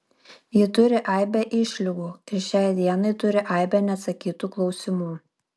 ji turi aibę išlygų ir šiai dienai turi aibę neatsakytų klausimų